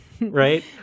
right